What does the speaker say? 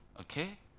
Okay